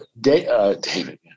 David